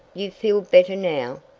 you feel better now?